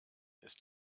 ist